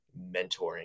mentoring